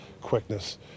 quickness